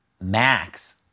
Max